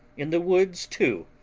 in the woods too,